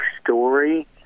story